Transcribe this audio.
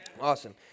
Awesome